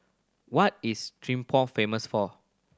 what is Thimphu famous for